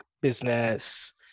business